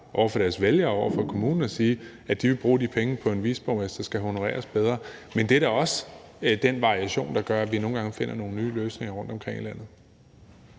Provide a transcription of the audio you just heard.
over for deres vælgere og over for kommunen, at de vil bruge de penge på, at en viceborgmester skal honoreres bedre. Men det er da også den variation, der gør, at vi nogle gange finder nogle nye løsninger rundtomkring i landet.